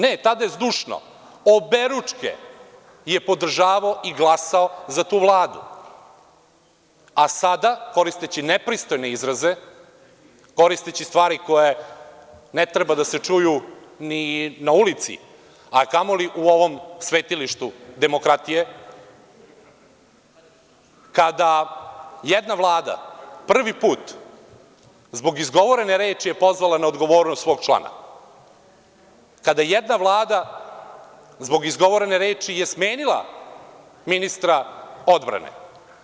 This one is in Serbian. Ne, tada je zdušno, oberučke, je podržavao i glasao za tu Vladu, a sada koristeći nepristojne izraze, koristeći stvari koje ne treba da se čuju ni na ulici, a kamo li u ovom svetilištu demokratije, kada jedna Vlada, prvi put, zbog izgovorene reči je pozvala na odgovornost svog člana, kada jedna Vlada zbog izgovorene reči, je smenila ministra odbrane.